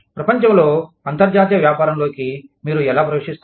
ప్రపంచంలో అంతర్జాతీయ వ్యాపారంలోకి మీరు ఎలా ప్రవేశిస్తారు